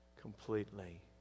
completely